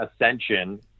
ascension